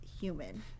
human